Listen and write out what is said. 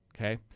okay